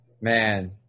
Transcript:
man